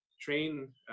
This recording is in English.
train